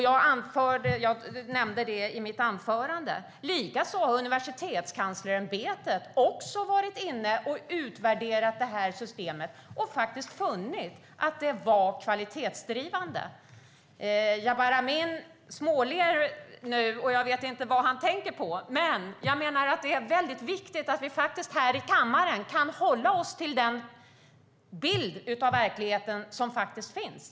Jag nämnde detta i mitt anförande. Likaså har Universitetskanslersämbetet utvärderat systemet och funnit att det faktiskt var kvalitetsdrivande. Jabar Amin småler nu. Jag vet inte vad han tänker på. Jag menar dock att det är viktigt att vi här i kammaren kan hålla oss till verkligheten sådan den faktiskt ser ut.